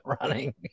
running